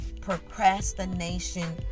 Procrastination